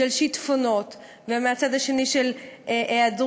של שיטפונות ומהצד האחר